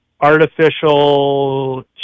artificial